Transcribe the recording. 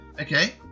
okay